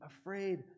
afraid